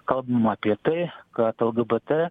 kalbama apie tai kad lgbt